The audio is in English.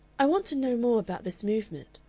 i want to know more about this movement,